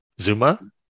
Zuma